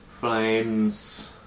flames